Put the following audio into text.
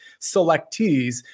selectees